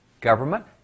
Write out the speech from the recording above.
Government